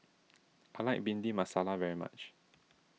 I like Bhindi Masala very much